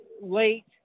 late